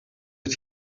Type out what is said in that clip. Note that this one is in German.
ich